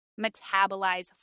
metabolize